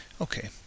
Okay